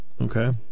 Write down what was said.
Okay